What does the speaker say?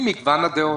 ממגוון הדעות,